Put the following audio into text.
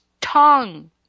tongue